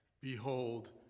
Behold